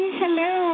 hello